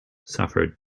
suffered